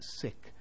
sick